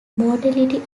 mortality